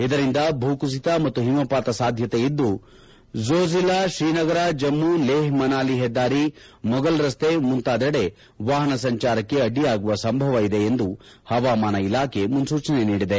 ಇದರಿಂದ ಭೂಕುಸಿತ ಮತ್ತು ಹಿಮಪಾತ ಸಾಧ್ಯತೆ ಇದ್ದು ಜೋಜಿಲ್ಲಾ ಶ್ರೀನಗರ ಜಮ್ಮು ಲೇಹ್ ಮನಾಲಿ ಹೆದ್ದಾರಿ ಮುಫಲ್ ರಸ್ತೆ ಮುಂತಾದೆಡೆ ವಾಹನ ಸಂಚಾರಕ್ಕೆ ಅಡ್ಡಿಯಾಗುವ ಸಂಭವ ಇದೆ ಎಂದು ಹವಾಮಾನ ಇಲಾಖೆ ಮುನ್ಪೂಚನೆ ನೀಡಿದೆ